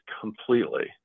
completely